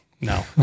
No